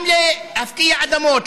גם להפקיע אדמות,